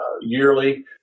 yearly